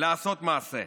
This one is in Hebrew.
לעשות מעשה.